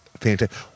fantastic